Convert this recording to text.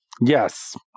yes